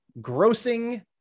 grossing